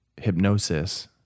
hypnosis